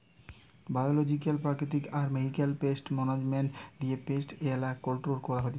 biological প্রাকৃতিক আর mechanical pest management দিয়ে পেস্ট এট্যাক কন্ট্রোল করা হতিছে